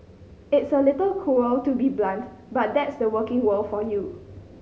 it's a little cruel to be so blunt but that's the working world for you